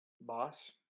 boss